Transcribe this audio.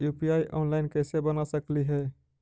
UPI online कैसे बना सकली हे?